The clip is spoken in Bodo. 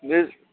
दे